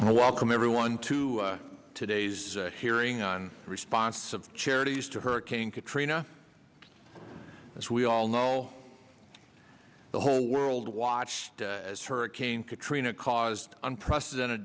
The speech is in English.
welcome everyone to today's hearing on the response of charities to hurricane katrina as we all know the whole world watched as hurricane katrina caused unprecedented